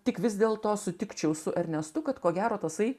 tik vis dėl to sutikčiau su ernestu kad ko gero tasai